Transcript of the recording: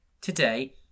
Today